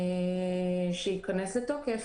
שייכנס לתוקף,